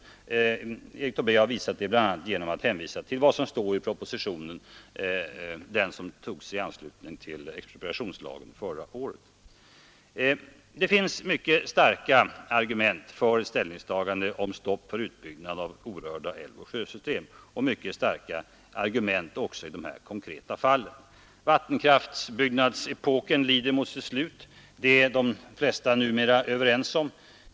Erik Tobé har visat detta, bl.a. genom att hänvisa till vad som står i den proposition som togs i anslutning till expropriationslagen förra året. Det finns mycket starka argument för ett ställningstagande om stopp för utbyggnad av orörda älvoch sjösystem och mycket starka argument också i de här konkreta fallen. Vattenkraftbyggnadsepoken lider mot sitt slut. Det är de flesta numera överens om.